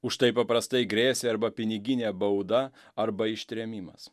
už tai paprastai grėsė arba piniginė bauda arba ištrėmimas